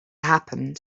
happened